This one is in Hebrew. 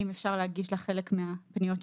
האם אפשר להגיש לכם חלק מהפניות שקיבלתי?